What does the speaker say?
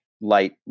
light